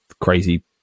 crazy